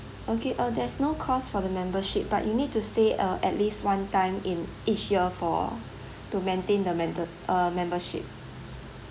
okay uh there's no cost for the membership but you need to stay uh at least one time in each year for to maintain the menta~ uh membership